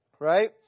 right